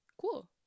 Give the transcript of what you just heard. cool